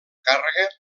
càrrega